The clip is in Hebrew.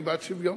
אני בעד שוויון,